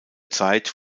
zeit